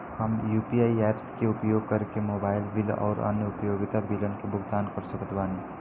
हम UPI apps के उपयोग करके मोबाइल बिल आउर अन्य उपयोगिता बिलन के भुगतान कर सकत बानी